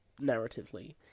narratively